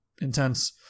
intense